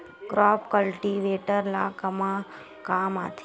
Crop cultivator ला कमा काम आथे?